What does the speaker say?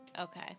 Okay